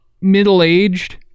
middle-aged